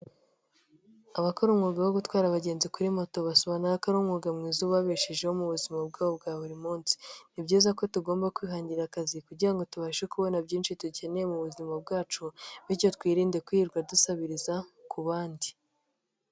Abakora umga wo gutwara abagenzi kuri moto basobanuka ari umwuga mwiza ubabeshejeho mu buzima bwabo bwa buri munsi. Ni byiza ko tugomba kwihangira akazi kugira tubashe kubona byinshi dukeneye mu buzima bwacu bityo twirinde kwirirwa dusabiriza ku bandi.